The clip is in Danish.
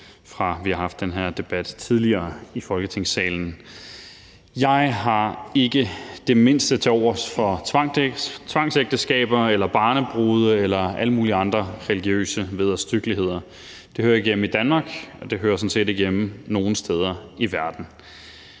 hvor vi har haft den her debat i Folketingssalen. Jeg har ikke det mindste tilovers for tvangsægteskaber eller barnebrude eller alle mulige andre religiøse vederstyggeligheder. Det hører ikke hjemme i Danmark, det hører sådan set ikke hjemme nogen steder i verden.